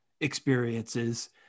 experiences